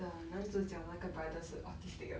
the 男主角那个 brother 是 autistic 的